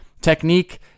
Technique